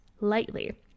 lightly